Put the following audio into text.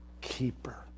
keeper